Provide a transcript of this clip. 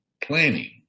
planning